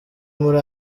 muri